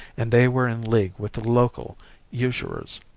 and they were in league with the local usurers.